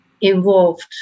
involved